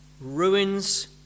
ruins